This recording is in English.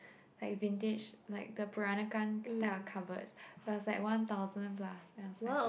like vintage like the Peranakan type of covered but it's like one thousand plus